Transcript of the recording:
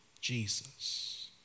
Jesus